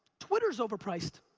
twitter's overpriced.